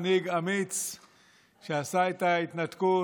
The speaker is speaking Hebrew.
אמיץ שעשה את ההתנתקות.